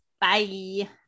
bye